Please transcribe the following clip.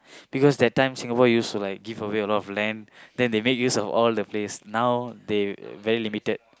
because that time Singapore used to like give away a lot of land then they make use of all the place now they very limited